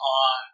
on